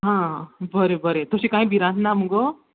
आ आ बरे बरे तशें काय भिरांत ना मुगो